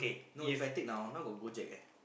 no if I take now now got Go-Jek eh